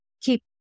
keep